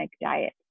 diet